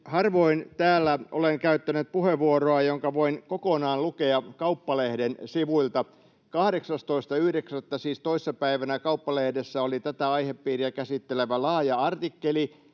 Harvoin täällä olen käyttänyt puheenvuoroa, jonka voin kokonaan lukea Kauppalehden sivuilta. 18.9., siis toissa päivänä, Kauppalehdessä oli tätä aihepiiriä käsittelevä laaja artikkeli,